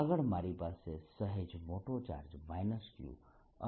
આગળ મારી પાસે સહેજ મોટો ચાર્જ -Q અને Q છે